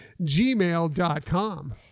gmail.com